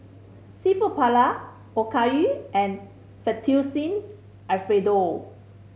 Seafood Paella Okayu and Fettuccine Alfredo